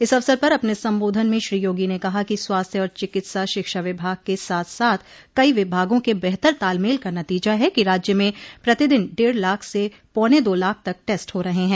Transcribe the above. इस अवसर पर अपने संबोधन में श्री योगी ने कहा कि स्वास्थ्य और चिकित्सा शिक्षा विभाग के साथ साथ कई विभागों के बेहतर तालमेल का नतीजा है कि राज्य में प्रतिदिन डेढ़ लाख से पौने दो लाख तक टेस्ट हो रहे हैं